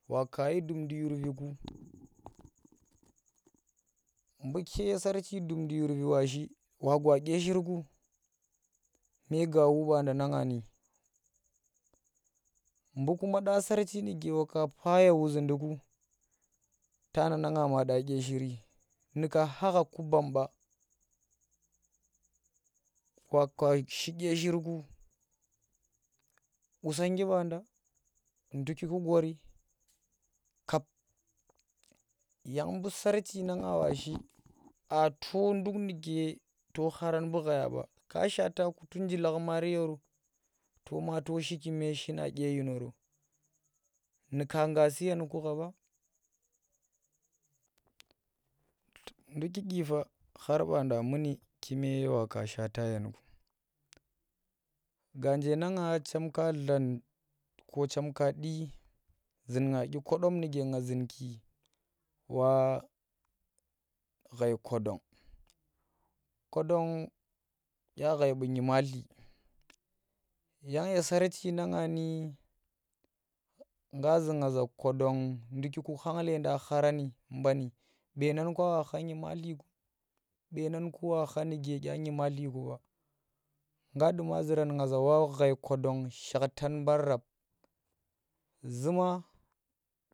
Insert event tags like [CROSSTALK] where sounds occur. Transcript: Wayi kayi dumdung khurvi ku buke sarchi dumdu yurvi wa shi wagwa dye shirku me gaawu banda na nga ni bu [UNINTELLIGIBLE] kuma dya sarci nuge wa pa ye wuzhinduku tana na nga ma dya dye shiri nuka kha ha ku bamba wakashi dye shirku qusonggi banda nu nduko gori yang kap yang buu sarchi na nga shi aa to nduk nuke to buu ghaya ba to nji lakh maari yoroto ma to shi kume shina dye dyinoo nuka ngga suyen ku kha ba nduki dyipa khar banda muni kume ganje na nga ko chem ka du zun nga dyi kodom nang zunki wa ghai kwadon, kwadon kya ghai nymatli yang ye sarchi na nya ni nga zu nga za kwadon nduki khang nleeda kharan ban beenan wa kha nyemalti beenanku wa kha nuke dya nymatli ku ɓa nga duna zuran za ka ghai kwadon nymatli shangtan ban rap zuma.